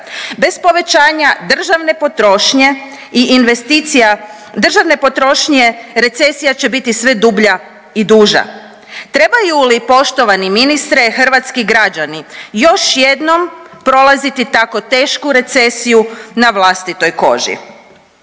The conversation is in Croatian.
Bez povećanja državne potrošnje i investicija državne potrošnje recesija će biti sve dublja i duža. Trebaju li poštovani ministre hrvatski građani još jednom prolaziti tako tešku recesiju na vlastitoj koži?